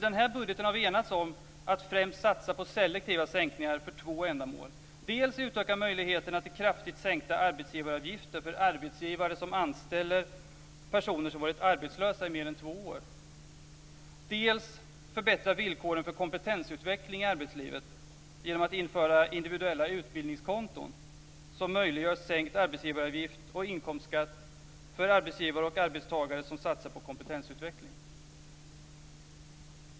I den här budgeten har vi enats om att främst satsa på selektiva sänkningar för två ändamål, nämligen dels utöka möjligheten till kraftigt sänkta arbetsgivaravgifter för arbetsgivare som anställer personer som varit arbetslösa i mer än två år, dels förbättra villkoren för kompetensutveckling i arbetslivet genom att införa individuella utbildningskonton. Detta möjliggör sänkt arbetsgivaravgift och sänkt inkomstskatt för arbetsgivare och arbetstagare som satsar på kompetensutveckling.